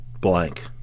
blank